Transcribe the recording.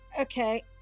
Okay